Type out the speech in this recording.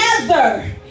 together